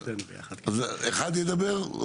אחד ידבר?